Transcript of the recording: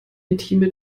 intime